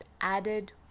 added